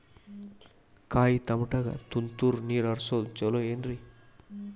ಕಾಯಿತಮಾಟಿಗ ತುಂತುರ್ ನೇರ್ ಹರಿಸೋದು ಛಲೋ ಏನ್ರಿ?